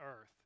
earth